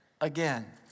again